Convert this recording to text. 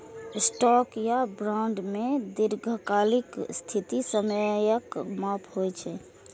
stock या bond मे दीर्घकालिक स्थिति समयक माप होइ छै